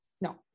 No